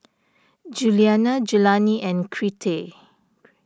Juliana Jelani and Crete